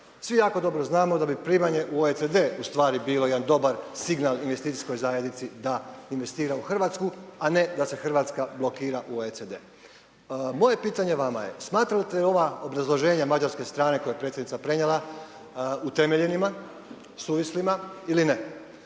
Svi jako dobro znamo da bi primanje u OECD bilo u stvari jedan dobar signal investicijskoj zajednici da investira u Hrvatsku a ne da se Hrvatska blokira u OECD. Moje pitanje vama je smatrate li ova obrazloženja mađarske strane koje je predsjednica prenijela utemeljenima, suvislima ili ne?